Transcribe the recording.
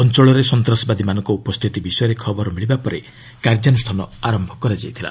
ଅଞ୍ଚଳରେ ସନ୍ତ୍ରାସବାଦୀମାନଙ୍କ ଉପସ୍ଥିତି ବିଷୟରେ ଖବର ମିଳିବା ପରେ କାର୍ଯ୍ୟାନ୍ରଷ୍ଠାନ ଆରମ୍ଭ କରାଯାଇଥିଲା